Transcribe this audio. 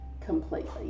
completely